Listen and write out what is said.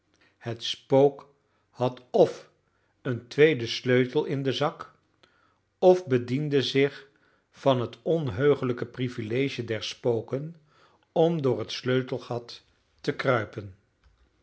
het spook had f een tweeden sleutel in den zak f bediende zich van het onheugelijke privilege der spoken om door het sleutelgat te kruipen